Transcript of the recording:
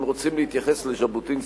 שאם רוצים להתייחס לז'בוטינסקי,